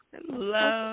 Hello